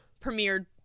premiered